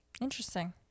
interesting